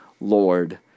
Lord